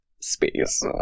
space